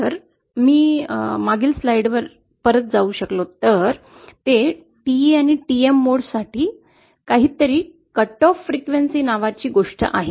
जर मी मागील स्लाइडवर परत जाऊ शकलो तर ते TE आणि TM मोड साठी काहीतरी कटऑफ फ्रीक्वेन्सी नावाची गोष्ठ आहे